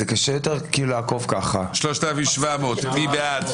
מי בעד?